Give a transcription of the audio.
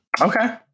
Okay